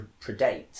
predates